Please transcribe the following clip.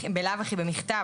בלאו הכי במכתב,